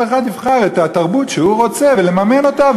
כל אחד יבחר את התרבות שהוא רוצה ויממן אותה,